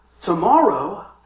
tomorrow